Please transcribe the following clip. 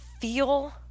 feel